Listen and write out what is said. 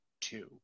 two